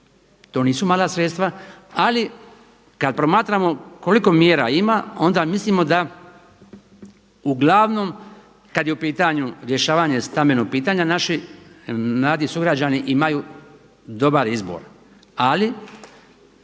To nisu mala sredstva ali kada promatramo koliko mjera ima onda mislimo da uglavnom kada je u pitanju rješavanje stambenog pitanja naši mladi sugrađani imaju dobar izbor. Ali